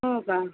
हो का